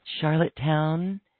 Charlottetown